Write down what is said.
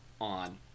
on